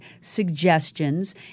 suggestions